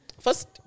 First